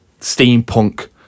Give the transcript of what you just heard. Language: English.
steampunk